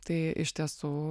tai iš tiesų